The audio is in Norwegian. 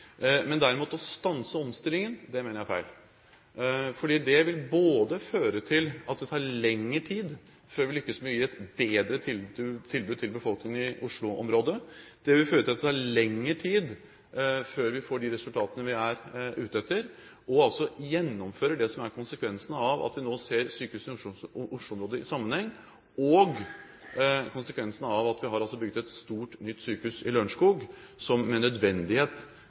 Men derimot å stanse omstillingen mener jeg er feil fordi det vil føre til at det tar lengre tid før vi lykkes med å gi et bedre tilbud til befolkningen i Oslo-området. Det vil føre til at det tar lengre tid før vi får de resultatene vi er ute etter: Vi gjennomfører det som er konsekvensene av at vi nå ser sykehusene i Oslo-området i sammenheng, og konsekvensene av at vi har bygd et stort, nytt sykehus i Lørenskog, som